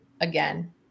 again